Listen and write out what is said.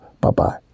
Bye-bye